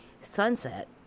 sunset